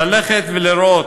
ללכת ולראות.